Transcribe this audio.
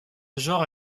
genre